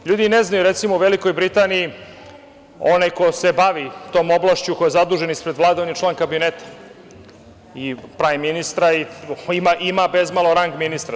Ljudi i ne znaju, na primer u Velikoj Britaniji onaj ko se bavi tom oblašću, ko je zadužen ispred Vlade, on je član kabineta i prvog ministra i ima bezmalo rang ministra.